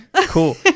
Cool